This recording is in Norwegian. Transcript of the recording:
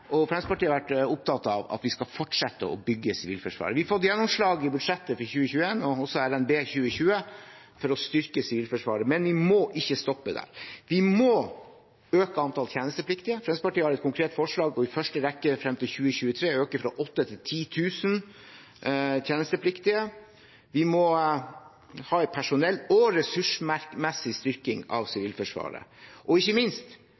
og Fremskrittspartiet har vært opptatt av, at vi skal fortsette å bygge Sivilforsvaret. Vi har fått gjennomslag i budsjettet for 2021, og også i RNB for 2020, for å styrke Sivilforsvaret. Men vi må ikke stoppe der. Vi må øke antall tjenestepliktige. Fremskrittspartiet har et konkret forslag om fra i første rekke frem til 2023 å øke fra 8 000 til 10 000 tjenestepliktige. Vi må ha en personell- og ressursmessig styrking av Sivilforsvaret. Ikke minst